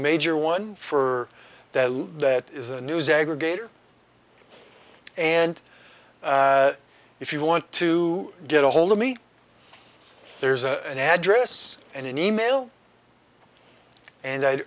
major one for that that is a news aggregator and if you want to get ahold of me there's an address and an email and i